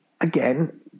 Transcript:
again